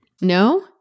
No